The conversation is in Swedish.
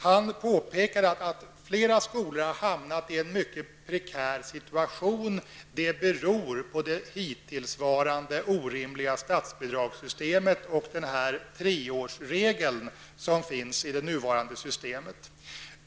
Han påpekade att flera skolor har hamnat i en mycket prekär situation. Det beror på det hittillsvarande orimliga statsbidragssystemet och treårsregeln som finns i det nuvarande systemet.